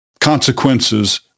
consequences